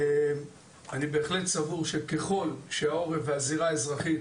ואני בהחלט סבור שככל שהעורף והזירה האזרחית